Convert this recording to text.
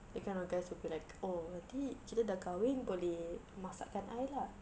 that kind of guys will be like oh nanti kita dah kahwin boleh masakkan I lah